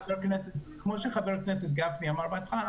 כמו שחבר הכנסת גפני אמר בהתחלה,